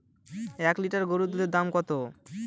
এক লিটার গরুর দুধের দাম কত?